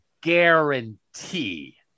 guarantee